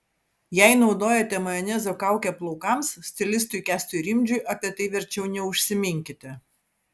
jei naudojate majonezo kaukę plaukams stilistui kęstui rimdžiui apie tai verčiau neužsiminkite